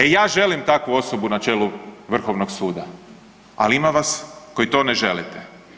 E, ja želim takvu osobu na čelu Vrhovnog suda, ali ima vas koji to ne želite.